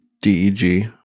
deg